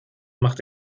macht